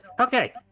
Okay